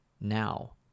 now